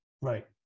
right